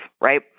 right